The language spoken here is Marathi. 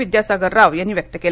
विद्यासागर राव यांनी व्यक्त केला